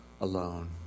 alone